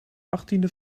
achttiende